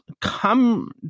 come